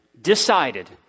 decided